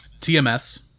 TMS